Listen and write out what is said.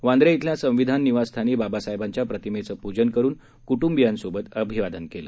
वांद्रे श्विल्या संविधान निवासस्थानी बाबासाहेबांच्या प्रतिमेचं पूजन करून कुटुंबियांसोबत अभिवादन केलं